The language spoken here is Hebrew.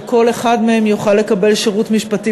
שכל אחד מהם יוכל לקבל שירות משפטי